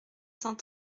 cent